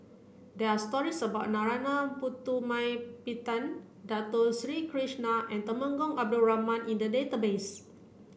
there are stories about Narana Putumaippittan Dato Sri Krishna and Temenggong Abdul Rahman in the database